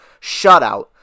shutout